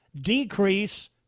decrease